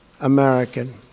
American